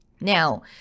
Now